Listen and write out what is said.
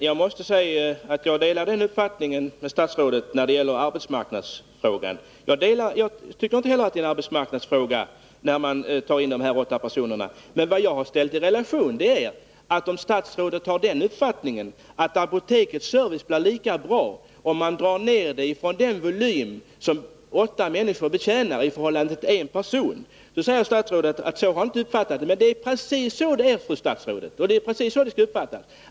Fru talman! Jag delar statsrådets uppfattning när det gäller arbetsmarknadsfrågan. Jag tycker inte heller att frågan om de här åtta personerna är en arbetsmarknadsfråga. Men statsrådet har den uppfattningen att apotekets service blir lika bra, även om man drar ner verksamheten från en volym som sysselsätter åtta personer till en verksamhet som sysselsätter en person. Det är detta jag har ställt i relation till vartannat. Då säger statsrådet att så skall man inte uppfatta det. Men det är precis så det är, fru statsråd. Det är precis så det skall uppfattas.